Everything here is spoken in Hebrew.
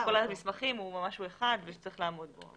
כל המסמכים הוא משהו אחד וצריך לעמוד בו.